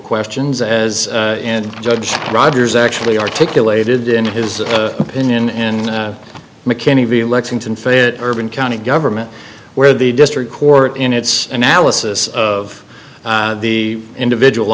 questions as judge rogers actually articulated in his opinion in mckinney v lexington fayette urban county government where the district court in its analysis of the individual